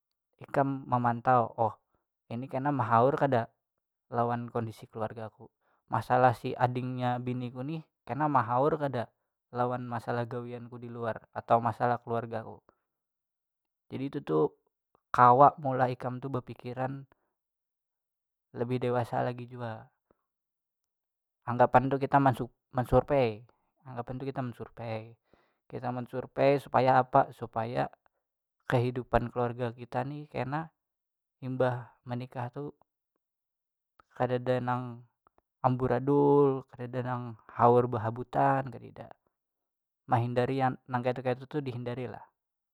Ikam memantau oh ini kena mehaur kada lawan kondisi keluargaku, masalah si adingnya biniku nih kena mahaur kada, lawan masalah gawianku diluar atau masalah keluargaku jadi itu tu kawa meolah ikam tu bapikiran lebih dewasa lagi jua anggapan tu kita mansu- mansurvei, anggapan tu kita mansurvei, kita mensurvei supaya apa, supaya kahidupan keluarga kita ni kena imbah manikah tu kadada nang amburadul kadada nang haur behabutan kadida, mehindari yang nang kayatu kayatu dihindari lah.